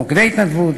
מוקדי התנדבות,